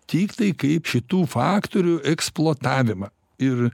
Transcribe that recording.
tiktai kaip šitų faktorių eksploatavimą ir